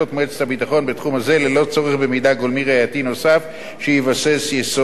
בתחום הזה ללא צורך במידע גולמי ראייתי נוסף שיבסס יסוד סביר,